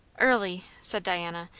early, said diana,